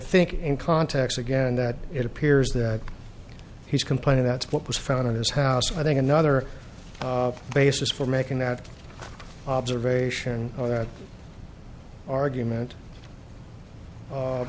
think in context again that it appears that he's complaining that's what was found in his house i think another basis for making that observation argument